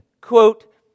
quote